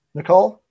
Nicole